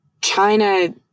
China